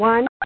One